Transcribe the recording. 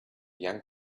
young